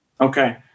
Okay